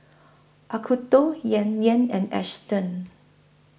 Acuto Yan Yan and Astons